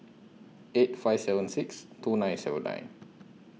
eight five seven six two nine seven nine